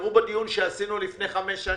תיזכרו בדיון שקיימנו לפני חמש שנים,